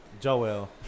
Joel